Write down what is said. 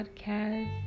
podcast